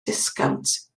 disgownt